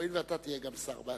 הואיל ואתה תהיה גם שר בעתיד,